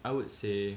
I would say